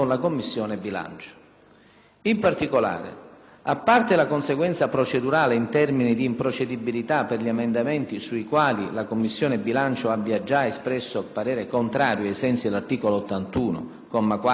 In particolare, a parte la conseguenza procedurale in termini di improcedibilità per gli emendamenti sui quali la Commissione bilancio abbia già espresso parere contrario ai sensi dell'articolo 81, quarto comma, della Costituzione,